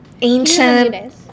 ancient